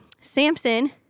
Samson